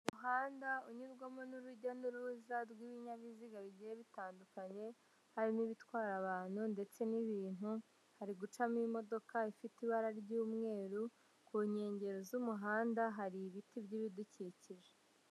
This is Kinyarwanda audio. Umuhanda unyurwamo n'urujya n'uruza rw'ibinyabiziga bigiye bitandukanye hari n'ibitwara abantu ndetse n'ibintu, hari gucamo imodoka ifite ibara ry'umweru, ku nkengero z'umuhanda hari ibiti by'ibidukikije.